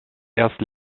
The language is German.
erst